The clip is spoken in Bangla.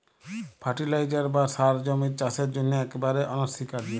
ফার্টিলাইজার বা সার জমির চাসের জন্হে একেবারে অনসীকার্য